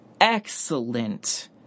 excellent